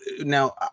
now